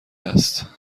است